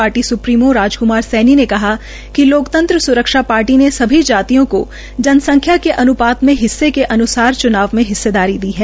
party supremo Rajkumar Saini ने कहा कि लोकतंत्र सुरक्षा पार्टी ने सभी जातियों को जन संख्या के अन्पालन में हिस्से के अन्सार च्नाव में हिस्सेदारी दी है